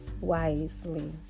wisely